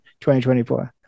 2024